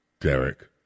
Derek